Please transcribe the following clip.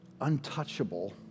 untouchable